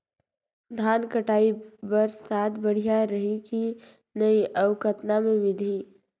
धान कटाई बर साथ बढ़िया रही की नहीं अउ कतना मे मिलही?